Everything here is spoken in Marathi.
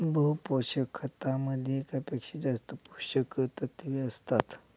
बहु पोषक खतामध्ये एकापेक्षा जास्त पोषकतत्वे असतात